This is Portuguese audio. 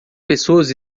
pessoas